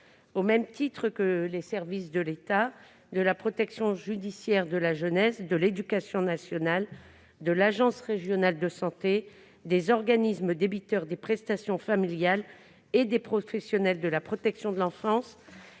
Au même titre que les services de l'État, de la protection judiciaire de la jeunesse, de l'éducation nationale, de l'agence régionale de santé, des organismes débiteurs des prestations familiales, des professionnels de la protection de l'enfance